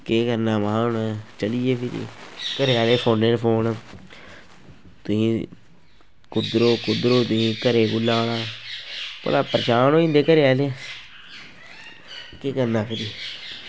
केह् करना महां हून चली गे फिरी घरै आह्ले फोनै पर फोन तुहीं कुद्धर ओ कुद्धर ओ तुस घरै कुल्लै आना भला परेशान होई जंदे घरै आह्ले केह् करना फिरी